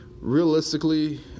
realistically